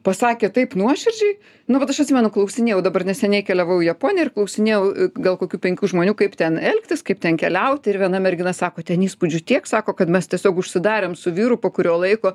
pasakė taip nuoširdžiai nu bet aš atsimenu klausinėjau dabar neseniai keliavau į japoniją ir klausinėjau gal kokių penkių žmonių kaip ten elgtis kaip ten keliauti ir viena mergina sako ten įspūdžių tiek sako kad mes tiesiog užsidarėm su vyru po kurio laiko